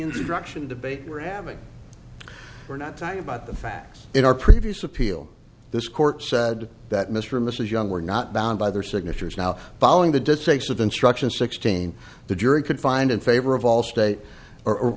instruction debate we're having we're not talking about the facts in our previous appeal this court said that mr and mrs young were not bound by their signatures now following the decision of instructions sixteen the jury could find in favor of all state or